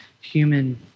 human